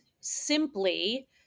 simply